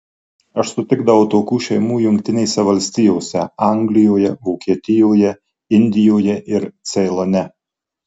aš sutikdavau tokių šeimų jungtinėse valstijose anglijoje vokietijoje indijoje ir ceilone